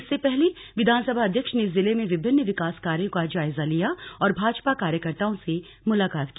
इससे पहले विधानसभा अध्यक्ष ने जिले में विभिन्न विकास कार्यो का जायजा लिया और भाजपा कार्यकर्ताओं से मुलाकात की